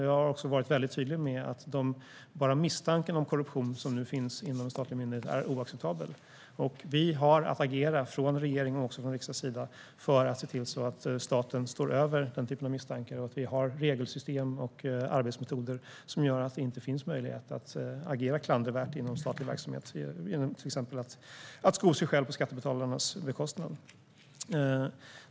Jag har varit tydlig med att redan misstanken som nu finns om korruption inom en statlig myndighet är oacceptabel. Vi har att agera från regeringens och även från riksdagens sida för att se till att staten står över denna typ av misstankar. Vi ska ha ett regelsystem och arbetsmetoder som gör att det inte finns möjlighet att agera klandervärt inom statlig verksamhet genom att till exempel sko sig själv på skattebetalarnas bekostnad.